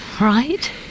Right